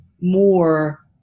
more